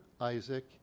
Isaac